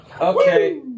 Okay